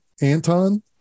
Anton